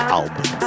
album